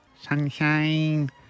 Sunshine